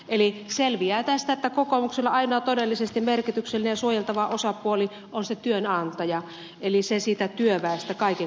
tästä selviää että kokoomukselle ainoa todellisesti merkityksellinen suojeltava osapuoli on se työnantaja eli se siitä työväestä kaiken kaikkiaan